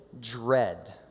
dread